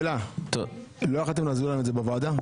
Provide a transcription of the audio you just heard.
לא יכולתם להסביר לנו את זה בוועדה?